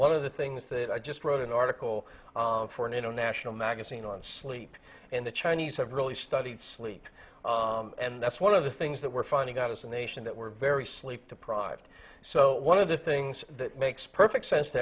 one of the things that i just wrote an article for an international magazine on sleep and the chinese have really studied sleep and that's one of the things that we're finding out as a nation that we're very sleep deprived so one of the things that makes perfect sense to